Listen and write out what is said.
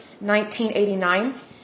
1989